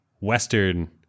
western